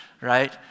right